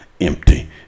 empty